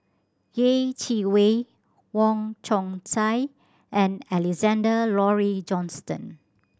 Yeh Chi Wei Wong Chong Sai and Alexander Laurie Johnston